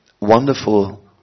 wonderful